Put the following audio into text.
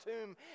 tomb